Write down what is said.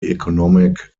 economic